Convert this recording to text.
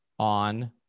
On